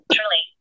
Truly